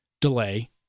delay